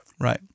Right